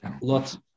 lots